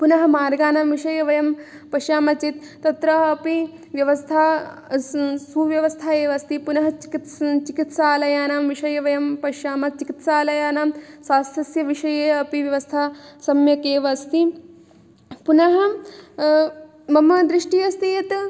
पुनः मार्गाणां विषये वयं पश्यामः चेत् तत्र अपि व्यवस्था सुव्यवस्था एव अस्ति पुनः चिकित्स् चिकित्सालयानां विषये वयं पश्यामः चिकित्सालयानां स्वास्थस्य विषये अपि व्यवस्था सम्यक् एव अस्ति पुनः मम दृष्टिः अस्ति यत्